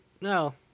no